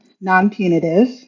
non-punitive